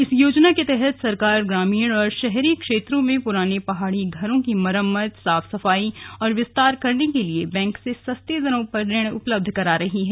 इस योजना के तहत सरकार ग्रामीण और शहरी क्षेत्रों में पूराने पहाड़ी घरों की मरम्मत साफ सफाई और विस्तार करने के लिए बैंक से सस्ती दरों पर ऋण उपलब्ध करा रही है